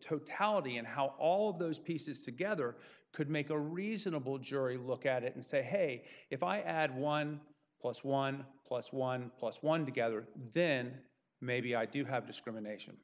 totality and how all those pieces together could make a reasonable jury look at it and say hey if i add one plus one plus one plus one together then maybe i do have discrimination